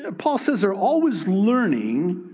ah paul says, they're always learning,